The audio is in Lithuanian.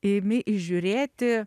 imi įžiūrėti